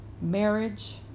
Marriage